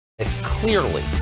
clearly